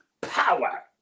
power